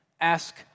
ask